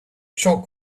chalk